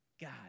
God